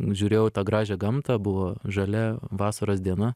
žiūrėjau į tą gražią gamtą buvo žalia vasaros diena